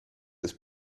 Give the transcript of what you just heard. ist